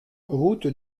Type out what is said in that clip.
route